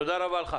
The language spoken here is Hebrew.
תודה רבה לך.